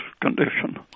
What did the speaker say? condition